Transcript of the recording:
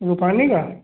रुपानी का